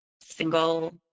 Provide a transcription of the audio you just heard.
single